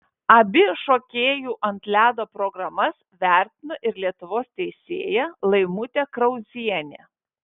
abi šokėjų ant ledo programas vertino ir lietuvos teisėja laimutė krauzienė